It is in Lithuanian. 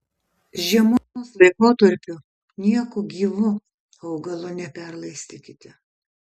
žiemos laikotarpiu nieku gyvu augalo neperlaistykite